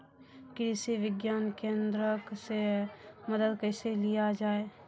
कृषि विज्ञान केन्द्रऽक से मदद कैसे लिया जाय?